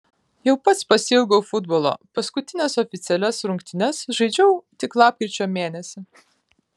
jau pats pasiilgau futbolo paskutines oficialias rungtynes žaidžiau tik lapkričio mėnesį